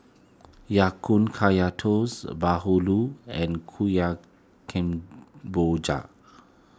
Ya Kun Kaya Toast Bahulu and Kemboja